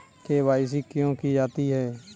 KYC क्यों की जाती है?